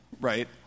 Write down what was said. right